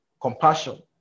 compassion